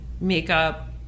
makeup